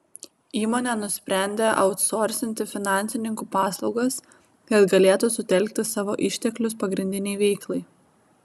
įmonė nusprendė autsorsinti finansininkų paslaugas kad galėtų sutelkti savo išteklius pagrindinei veiklai